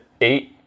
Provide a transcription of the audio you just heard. eight